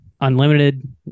unlimited